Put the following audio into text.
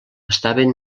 estaven